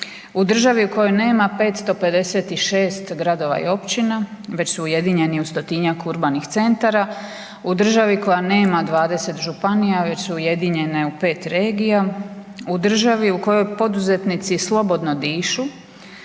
u državi u kojoj nema 556 gradova i općina već su ujedinjeni u 100-tinjak urbanih centara, u državi koja nema 20 županija već su ujedinjene u 5 regija, u državi u kojoj poduzetnici slobodno dišu